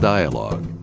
Dialogue